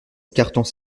écartant